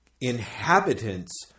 inhabitants